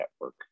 network